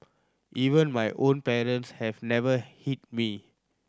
even my own parents have never hit me